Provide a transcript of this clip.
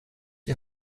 die